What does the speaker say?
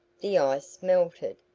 the ice melted.